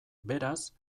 beraz